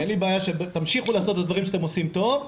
אין לי בעיה שתמשיכו לעשות את הדברים שאתם עושים טוב,